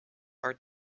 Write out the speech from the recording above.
are